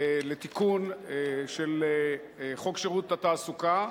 לתיקון חוק שירות התעסוקה,